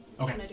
Okay